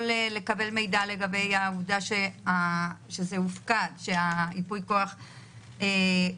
לקבל מידע לגבי העובדה שייפוי הכוח הופקד,